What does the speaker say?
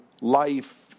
life